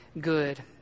good